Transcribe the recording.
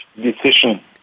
decision